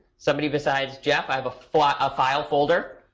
somebody besides jeff, i have a file ah ah file folder.